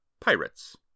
Pirates